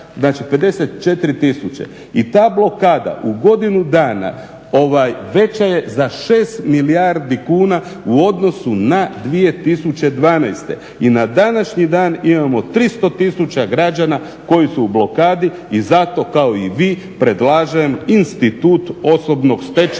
znači 54 tisuće. I ta blokada u godinu dana veća je za 6 milijardi kuna u odnosu na 2012. I na današnji dan imamo 300 tisuća građana koji su u blokadi i zato kao i vi predlažem institut osobnog stečaja,